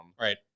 Right